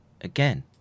again